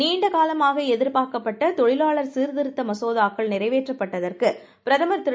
நீண்டகாலமாகஎதிர்பார்க்கப்பட்டதொழிலாளர்சீர்திருத் தமசோதாக்கள்நிறைவேற்றப்பட்டதற்குபிரதமர்திரு